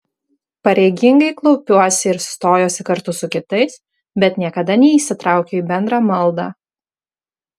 pareigingai klaupiuosi ir stojuosi kartu su kitais bet niekada neįsitraukiu į bendrą maldą